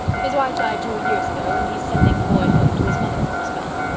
his wife died two years ago and he's sending the boy home to his mother for a spell.